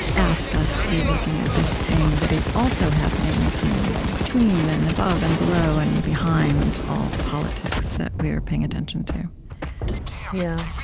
ask us to be looking at this thing that is also happening kind of between and above and below and behind all the politics that we are paying attention to yeah.